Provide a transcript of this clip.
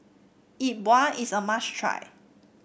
Yi Bua is a must try